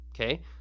Okay